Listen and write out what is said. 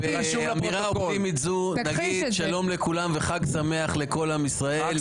אז באמירה אופטימית זו נגיד שלום לכולם וחד שמח לכל עם ישראל.